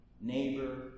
neighbor